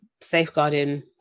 safeguarding